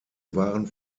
waren